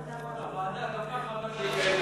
לוועדה, גם ככה יהיה דיון.